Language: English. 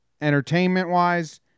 entertainment-wise